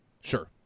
Sure